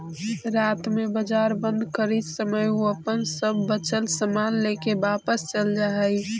रात में बाजार बंद करित समय उ अपन सब बचल सामान लेके वापस चल जा हइ